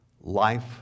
life